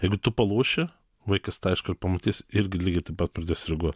jeigu tu palūši vaikas tą aišku ir pamatys irgi lygiai taip pat pradės reaguot